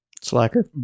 Slacker